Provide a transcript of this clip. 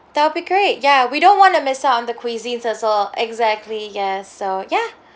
that would be great ya we don't want to miss out on the cuisines as well exactly yes so ya